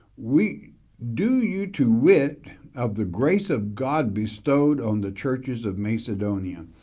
we do you to wit of the grace of god bestowed on the churches of macedonia.